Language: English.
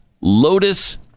Lotus